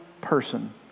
person